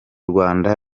rwanda